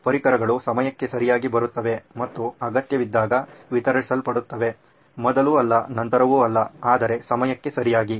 ಪರಿಕರಗಳು ಸಮಯಕ್ಕೆ ಸರಿಯಾಗಿ ಬರುತ್ತವೆ ಮತ್ತು ಅಗತ್ಯವಿದ್ದಾಗ ವಿತರಿಸಲ್ಪಡುತ್ತವೆ ಮೊದಲು ಅಲ್ಲ ನಂತರವು ಅಲ್ಲ ಆದರೆ ಸಮಯಕ್ಕೆ ಸರಿಯಾಗಿ